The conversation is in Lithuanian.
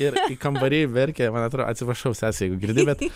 ir kambary verkė man atrodo atsiprašau sese jeigu girdi bet